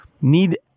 need